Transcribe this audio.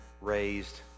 raised